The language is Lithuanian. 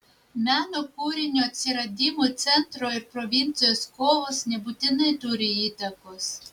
meno kūrinio atsiradimui centro ir provincijos kovos nebūtinai turi įtakos